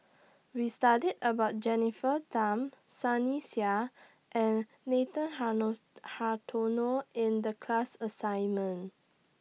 We studied about Jennifer Tham Sunny Sia and Nathan hello Hartono in The class assignment